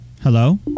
Hello